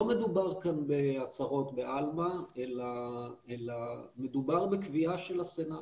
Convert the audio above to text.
לא מדובר כאן בהצהרות בעלמא אלא מדובר בקביעה של הסנאט,